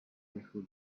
who